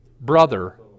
brother